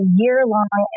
year-long